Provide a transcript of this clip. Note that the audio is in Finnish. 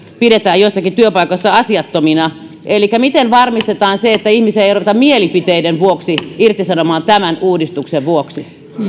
pidetään joissakin työpaikoissa asiattomina elikkä miten varmistetaan se että ihmisiä ei ruveta mielipiteiden vuoksi irtisanomaan tämän uudistuksen vuoksi